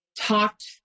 talked